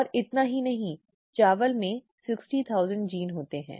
और इतना ही नहीं चावल में 60000 जीन होते हैं